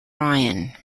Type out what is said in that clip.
ryan